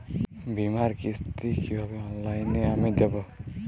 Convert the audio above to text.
বীমার কিস্তি কিভাবে অনলাইনে আমি দেবো?